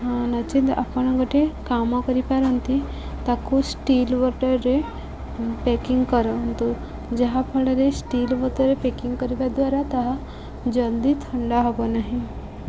ହଁ ନଚେତ୍ ଆପଣ ଗୋଟେ କାମ କରିପାରନ୍ତି ତାକୁ ଷ୍ଟିଲ୍ ବଟଲ୍ରେ ପ୍ୟାକିଂ କରନ୍ତୁ ଯାହାଫଳରେ ଷ୍ଟିଲ୍ ବଟଲ୍ରେ ପ୍ୟାକିଂ କରିବା ଦ୍ୱାରା ତାହା ଜଲ୍ଦି ଥଣ୍ଡା ହବନାହିଁ